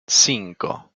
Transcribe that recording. cinco